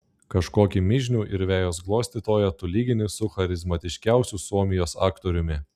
kažkokį mižnių ir vejos glostytoją tu lygini su charizmatiškiausiu suomijos aktoriumi